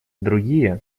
другие